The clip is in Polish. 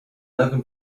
lewym